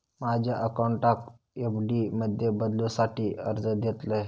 माझ्या अकाउंटाक एफ.डी मध्ये बदलुसाठी अर्ज देतलय